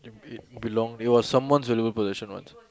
it belong it was someone valuable possession what